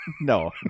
no